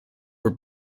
were